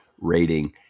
rating